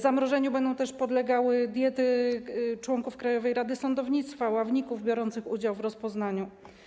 Zamrożeniu będą też podlegały diety członków Krajowej Rady Sądownictwa i ławników biorących udział w rozpoznaniu.